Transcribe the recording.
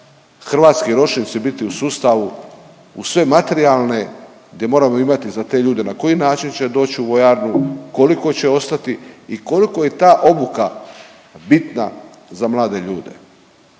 hrvatski ročnici bit u sustavu uz sve materijalne gdje moramo imati za te ljude na koji način će doć u vojarnu, koliko će ostati i koliko je ta obuka bitna za mlade ljude.